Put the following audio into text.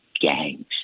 gangs